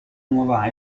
nuova